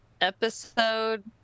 episode